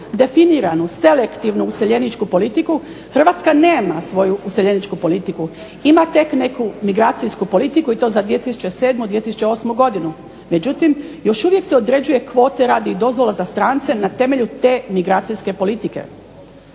definiranu selektivnu useljeničku politiku Hrvatska nema iseljeničku politiku, ima tek neku migracijsku politiku i to za 2007., 2008. godinu. Međutim, još uvijek se određuje kvote radi dozvola za strance na temelju te migracijske politike.